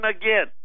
again